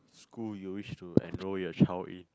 school you wish to enrol your child in